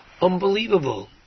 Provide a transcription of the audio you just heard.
Unbelievable